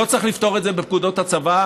לא צריך לפתור את זה בפקודות הצבא,